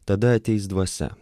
tada ateis dvasia